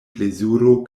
plezuro